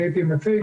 הייתי מביא אותו.